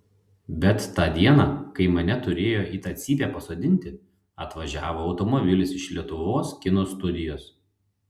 bet tą dieną kai mane turėjo į tą cypę pasodinti atvažiavo automobilis iš lietuvos kino studijos